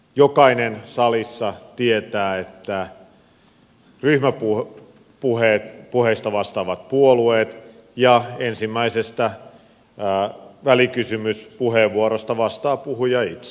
jokainen salissa tietää että ryhmäpuheista vastaavat puolueet ja ensimmäisestä välikysymyspuheenvuorosta vastaa puhuja itse